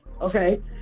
Okay